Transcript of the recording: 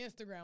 Instagram